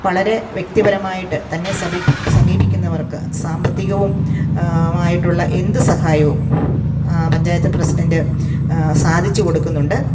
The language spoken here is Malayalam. വളരെ വ്യക്തിപരമായിട്ടുതന്നെ സമീപിക്കുന്നവർക്ക് സാമ്പത്തികവുമായിട്ടുള്ള എന്തു സഹായവും പഞ്ചായത്ത് പ്രസിഡൻ്റ് സാധിച്ചു കൊടുക്കുന്നുണ്ട്